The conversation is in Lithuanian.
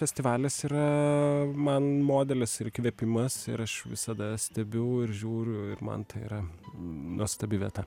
festivalis yra man modelis ir įkvėpimas ir aš visada stebiu ir žiūriu ir man tai yra nuostabi vieta